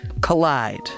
collide